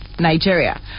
Nigeria